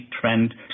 trend